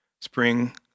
spring